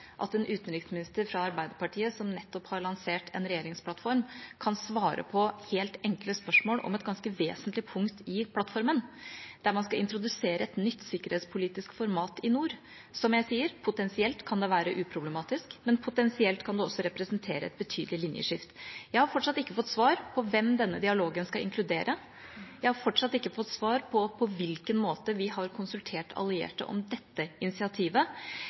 at en utenriksminister fra Arbeiderpartiet, som nettopp har lansert en regjeringsplattform, kan svare på helt enkle spørsmål om et ganske vesentlig punkt i plattformen der man skal introdusere et nytt sikkerhetspolitisk format i nord. Som jeg sier: Potensielt kan det være uproblematisk, men potensielt kan det også representere et betydelig linjeskift. Jeg har fortsatt ikke fått svar på hvem denne dialogen skal inkludere. Jeg har fortsatt ikke fått svar på på hvilken måte vi har konsultert allierte om dette initiativet.